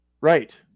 Right